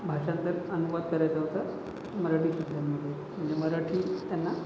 भाषांतर अनुवाद करायचा होता मराठी शब्दांमध्ये मराठी त्यांना